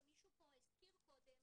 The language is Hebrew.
ומישהו פה הזכיר קודם,